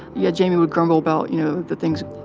yeah, jamie would grumble about, you know, the things